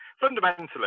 fundamentally